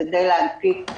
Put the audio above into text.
כדי להנפיק.